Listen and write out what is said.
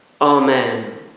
Amen